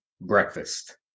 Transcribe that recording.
breakfast